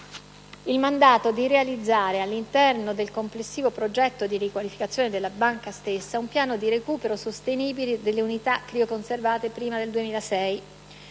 il mandato di realizzare, all'interno del complessivo progetto di riqualificazione della Banca stessa, un piano di recupero sostenibile delle unità crioconservate prima del 2006,